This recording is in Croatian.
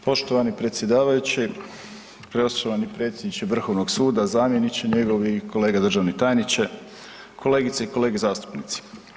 Poštovani predsjedavajući, poštovani predsjedniče Vrhovnog suda, zamjeniče njegovi, kolega državni tajniče, kolegice i kolege zastupnici.